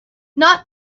not